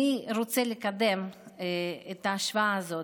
מי רוצה לקבל את ההשוואה הזאת?